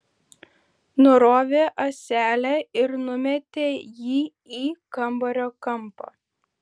nurovė ąselę ir numetė jį į kambario kampą